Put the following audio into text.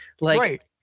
Right